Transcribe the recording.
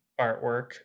artwork